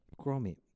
Gromit